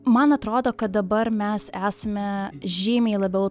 man atrodo kad dabar mes esame žymiai labiau